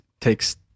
takes